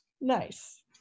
Nice